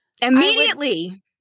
Immediately